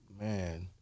Man